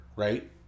Right